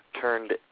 turned